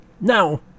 now